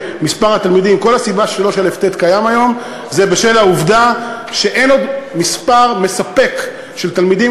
הסיבה ש-3א(ט) קיים היום היא העובדה שאין מספר מספיק של תלמידים.